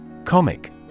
Comic